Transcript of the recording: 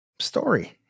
story